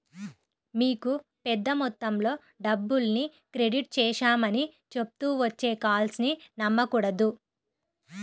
మీకు పెద్ద మొత్తంలో డబ్బుల్ని క్రెడిట్ చేశామని చెప్తూ వచ్చే కాల్స్ ని నమ్మకూడదు